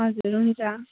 हजुर हुन्छ